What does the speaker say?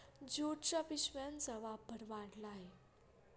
ज्यूटच्या पिशव्यांचा वापर वाढला आहे